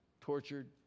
Tortured